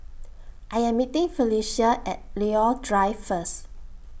I Am meeting Felecia At Leo Drive First